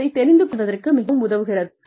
என்பதைத் தெரிந்து கொள்வதற்கு மிகவும் உதவுகிறது